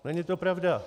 Není to pravda!